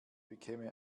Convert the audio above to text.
bekäme